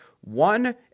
one